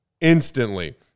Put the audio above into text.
instantly